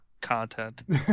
content